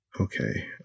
Okay